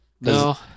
no